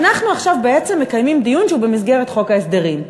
אנחנו עכשיו בעצם מקיימים דיון שהוא במסגרת חוק ההסדרים.